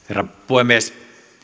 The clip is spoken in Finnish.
herra puhemies